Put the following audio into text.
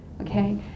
okay